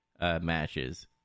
matches